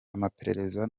amaperereza